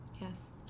Yes